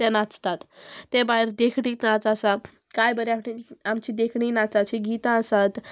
ते नाचतात ते भायर देखणी नाच आसा कांय बऱ्या आमची देखणी नाचाची गितां आसात